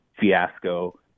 fiasco